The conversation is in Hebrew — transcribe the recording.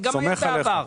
סומך עליך.